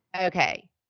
Okay